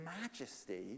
majesty